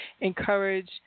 encourage